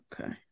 okay